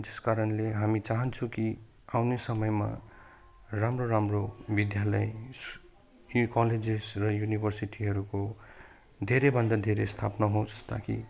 जस कारणले हामी चाहन्छौँ कि आउने समयमा राम्रो राम्रो विद्यालय यस यी कलेजेस र युनिभर्सिटीहरूको धेरै भन्दा धेरै स्थापना होस् ताकि